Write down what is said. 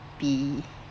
be